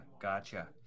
Gotcha